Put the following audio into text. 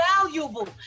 valuable